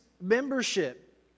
membership